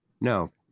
No